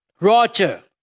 Roger